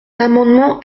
amendement